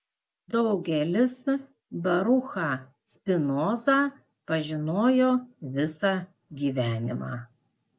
daugelis baruchą spinozą pažinojo visą gyvenimą